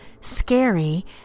scary